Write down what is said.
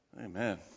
amen